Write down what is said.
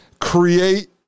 create